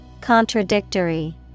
Contradictory